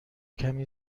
کمی